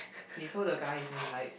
K so the guy is in like